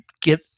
get